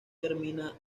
termina